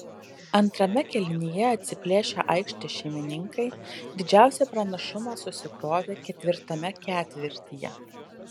antrame kėlinyje atsiplėšę aikštės šeimininkai didžiausią pranašumą susikrovė ketvirtame ketvirtyje